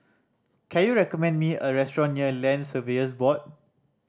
can you recommend me a restaurant near Land Surveyors Board